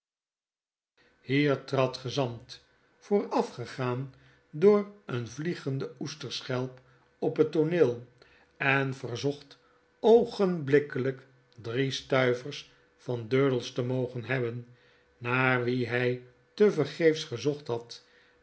hier trad gezant voorafgegaan door een vliegende oesterschelp op het tooneel en verzocht oogenblikkelijk drie stuivers van durdels te mogen hebben naar wien hy tevergeefs gezocht had